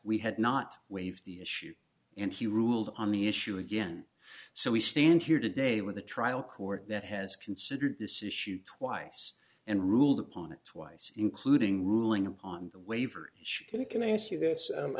we had not waived the issue and he ruled on the issue again so we stand here today with the trial court that has considered this issue twice and ruled upon it twice including ruling on the waiver should we can i ask you this